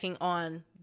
on